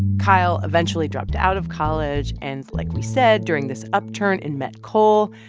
kyle eventually dropped out of college. and like we said, during this upturn in met coal,